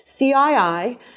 CII